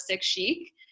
chic